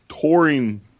touring